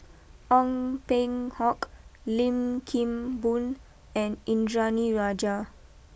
Ong Peng Hock Lim Kim Boon and Indranee Rajah